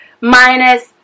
minus